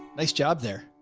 nice job there.